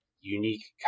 unique